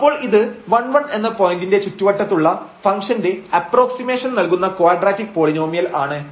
അപ്പോൾ ഇത് 11 എന്ന പോയിന്റിന്റെ ചുറ്റുവട്ടത്തുള്ള ഫംഗ്ഷന്റെ അപ്പ്രോക്സിമേഷൻ നൽകുന്ന ക്വാഡ്രറ്റിക് പോളിനോമിയൽ ആണ്